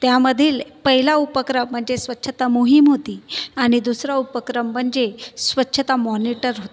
त्यामधील पहिला उपक्रम म्हणजे स्वच्छता मोहीम होती आणि दुसरा उपक्रम म्हणजे स्वछता मॉनीटर होतं